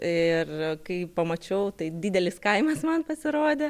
ir kai pamačiau tai didelis kaimas man pasirodė